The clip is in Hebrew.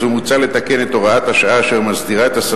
מוצע לתקן את הוראת השעה אשר מסדירה את